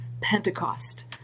Pentecost